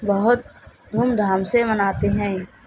بہت دھوم دھام سے مناتے ہیں